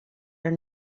are